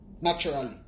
Naturally